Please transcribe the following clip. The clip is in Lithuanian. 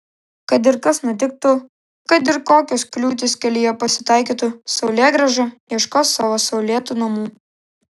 kad ir kas nutiktų kad ir kokios kliūtys kelyje pasitaikytų saulėgrąža ieškos savo saulėtų namų